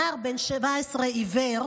נער בן 17, עיוור,